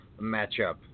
matchup